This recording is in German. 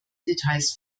details